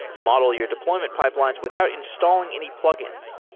model your deployment pipelines without installing any plugins.